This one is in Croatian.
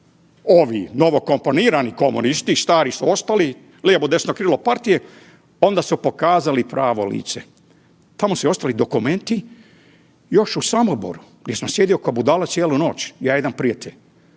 ovi novokomponirani komunisti, stari su ostali, lijevo, desno krivo partije onda su pokazali pravo lice. Tamo su mi ostali dokumenti još u Samoboru gdje sam sjedio ko budala cijelu noć ja i jedan prijatelj,